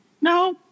no